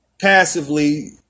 passively